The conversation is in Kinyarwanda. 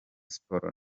siporo